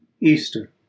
Easter